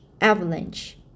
avalanche